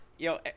Yo